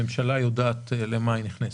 הממשלה יודעת למה היא נכנסת.